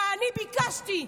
ואני ביקשתי,